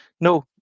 no